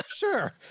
Sure